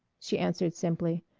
she answered simply.